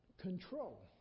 Control